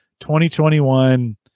2021